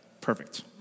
Perfect